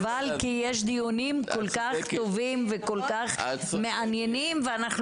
הדיונים האלה כל כך חשובים ומעניינים ואנחנו